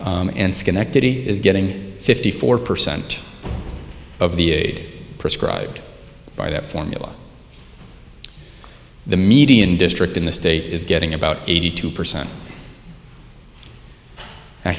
and schenectady is getting fifty four percent of the aid prescribed by that formula the median district in the state is getting about eighty two percent